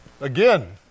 Again